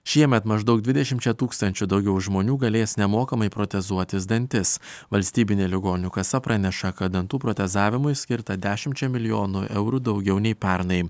šiemet maždaug dvidešimčia tūkstančių daugiau žmonių galės nemokamai protezuotis dantis valstybinė ligonių kasa praneša kad dantų protezavimui skirta dešimčia milijonų eurų daugiau nei pernai